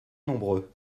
nombreux